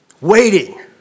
waiting